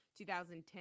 2010